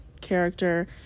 character